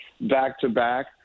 back-to-back